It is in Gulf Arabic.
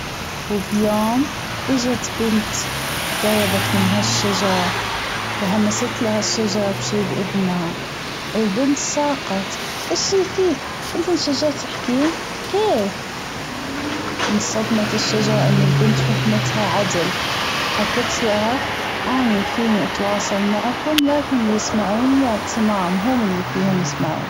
وبيوم أجت بنت جربت من هالشجرة وهمستلها الشجرة بشي بأذنها البنت صعقت أيش شي فيك أنت الشجرة تحجين كيف؟ أنصدمت الشجرة أن البنت فهمتها عدل حكتلها أنا فيني أتواصل معكم لكن اللى هم اللي فيهم يسمعون.